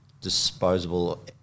disposable